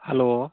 hello